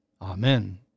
Amen